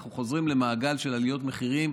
ואנחנו חוזרים למעגל של עליות מחירים,